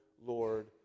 Lord